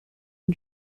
and